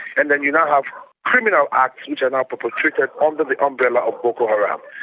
and then you now have criminal acts which are now perpetrated under the umbrella of boko haram.